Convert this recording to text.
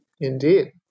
Indeed